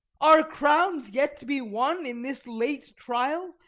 are crowns yet to be won, in this late trial,